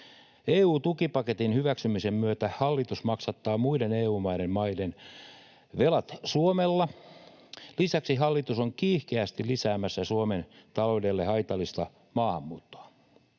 EU-tukipaketin hyväksymisen myötä hallitus maksattaa Suomella muiden EU-maiden velat. Lisäksi hallitus on kiihkeästi lisäämässä Suomen taloudelle haitallista maahanmuuttoa.